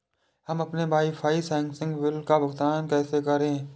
हम अपने वाईफाई संसर्ग बिल का भुगतान कैसे करें?